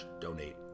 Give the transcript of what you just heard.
donate